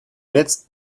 jetzt